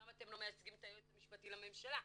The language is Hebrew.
אמנם אתם לא מייצגים את היועץ המשפטי לממשלה,